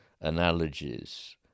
analogies